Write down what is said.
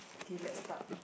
okay let's start